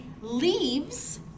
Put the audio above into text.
leaves